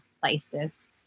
places